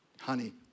honey